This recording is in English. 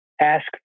ask